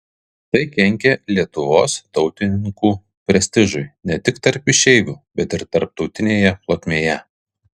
tai kenkė lietuvos tautininkų prestižui ne tik tarp išeivių bet ir tarptautinėje plotmėje